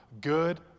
good